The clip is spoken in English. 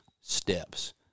steps